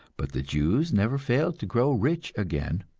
but the jews never failed to grow rich again.